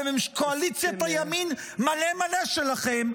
בקואליציית הימין מלא מלא שלכם,